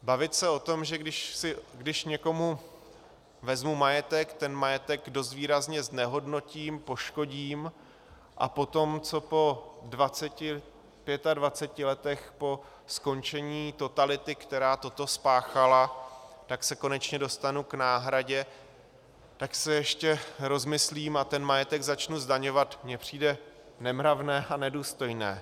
Bavit se o tom, že když někomu vezmu majetek, ten majetek dost výrazně znehodnotím, poškodím a poté, co po dvaceti, pětadvaceti letech po skončení totality, která toto spáchala, se konečně dostanu k náhradě, tak se ještě rozmyslím a ten majetek začnu zdaňovat, mně přijde nemravné a nedůstojné.